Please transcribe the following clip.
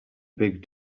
big